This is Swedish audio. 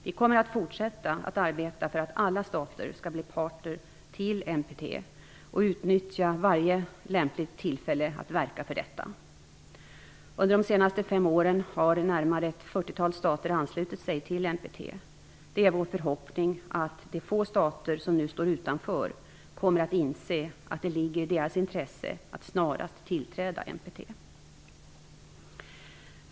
Vi kommer att fortsätta att arbeta för att alla stater skall bli parter till NPT och utnyttja varje lämpligt tillfälle att verka för detta. Under de senaste fem åren har närmare ett fyrtiotal stater anslutit sig till NPT. Det är vår förhoppning att de få stater som nu står utanför kommer att inse att det ligger i deras intresse att snarast tillträda NPT.